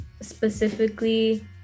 specifically